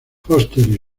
foster